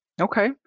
Okay